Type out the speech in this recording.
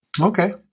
Okay